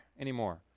anymore